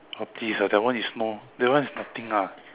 oh please lah that one is more that one is nothing ah